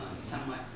somewhat